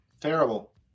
Terrible